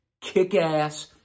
Kick-ass